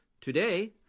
Today